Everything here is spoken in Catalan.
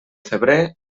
febrer